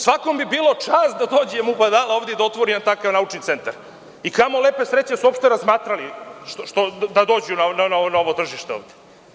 Svakom bi bilo čast da dođe ovde i da otvori jedan takav naučni centar i kamo lepe sreće da su uopšte razmatrali da dođu na ovo tržište ovde.